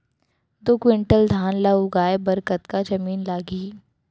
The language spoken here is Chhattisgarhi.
दो क्विंटल धान ला उगाए बर कतका जमीन लागही?